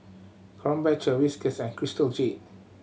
Krombacher Whiskas and Crystal Jade